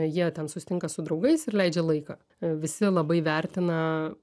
jie ten susitinka su draugais ir leidžia laiką visi labai vertina